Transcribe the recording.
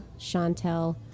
Chantel